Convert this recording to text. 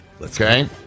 Okay